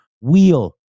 wheel